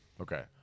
Okay